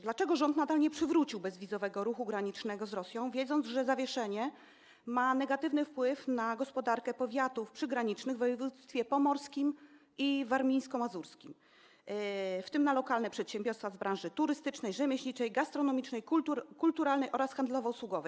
Dlaczego rząd nadal nie przywrócił bezwizowego ruchu granicznego z Rosją, wiedząc, że zawieszenie ma negatywny wpływ na gospodarkę powiatów przygranicznych w województwach pomorskim i warmińsko-mazurskim, w tym na lokalne przedsiębiorstwa z branży turystycznej, rzemieślniczej, gastronomicznej, kulturalnej oraz handlowo-usługowej?